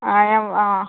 അ ഞാൻ അ